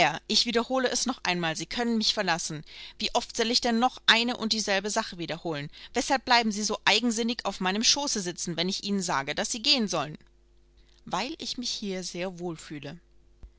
ich wiederhole es noch einmal sie können mich verlassen wie oft soll ich denn noch eine und dieselbe sache wiederholen weshalb bleiben sie so eigensinnig auf meinem schoße sitzen wenn ich ihnen sage daß sie gehen sollen weil ich mich hier sehr wohl fühle